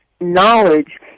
knowledge